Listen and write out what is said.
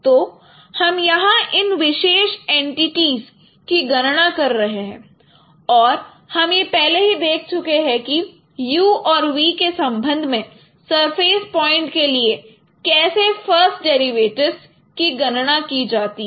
तो हम यहां इन विशेष एंटिटीज की गणना कर रहे हैं और हम यह पहले ही देख चुके हैं कि u और v के संबंध में सरफेस पॉइंट के लिए कैसे फ़र्स्ट डेरिवेटिव्स की गणना की जाती है